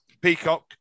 Peacock